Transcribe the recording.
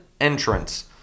entrance